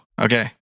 Okay